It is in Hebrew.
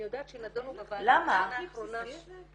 אני יודעת שנדונו בוועדה בשנה האחרונה --- למה?